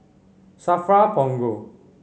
SAFRA Punggol